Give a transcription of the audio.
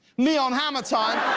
me on hammer time,